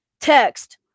text